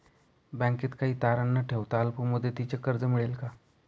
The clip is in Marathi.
बँकेत काही तारण न ठेवता अल्प मुदतीचे कर्ज मिळेल का?